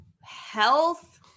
health